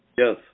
Yes